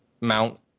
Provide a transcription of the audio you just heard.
mount